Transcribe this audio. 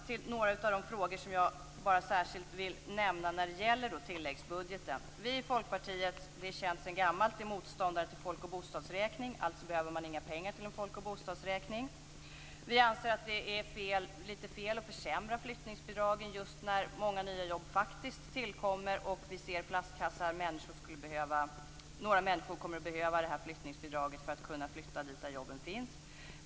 Till några av de frågor som jag särskilt vill nämna när det gäller tilläggsbudgeten. Vi i Folkpartiet är, det är känt sedan gammalt, motståndare till folk och bostadsräkning. Alltså behöver man inga pengar till folk och bostadsräkning. Vi anser att det är lite fel att försämra flyttningsbidragen just när många nya jobb faktiskt tillkommer och vi ser flaskhalsar. Några människor kommer att behöva flyttningsbidraget för att kunna flytta dit där jobben finns.